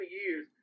years